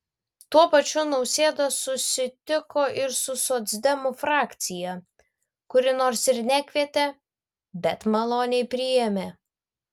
tuo pačiu nausėda susitiko ir su socdemų frakcija kuri nors ir nekvietė bet maloniai priėmė